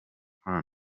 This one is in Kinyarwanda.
fund